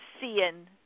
seeing